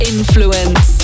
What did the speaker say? Influence